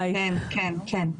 היי, כן.